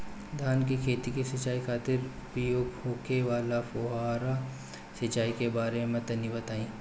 धान के खेत की सिंचाई खातिर उपयोग होखे वाला फुहारा सिंचाई के बारे में तनि बताई?